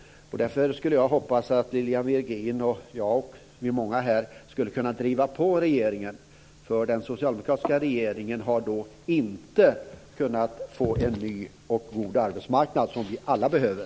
Därför hoppas jag att Lilian Virgin och jag och många andra här skulle kunna driva på regeringen. Den socialdemokratiska regeringen har då inte kunnat få fram en ny och god arbetsmarknad, som vi alla behöver.